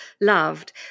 loved